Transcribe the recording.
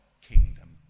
kingdom